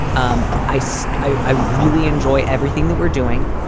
um i see. i really enjoy everything that we're doing.